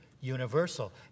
universal